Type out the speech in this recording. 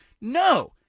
No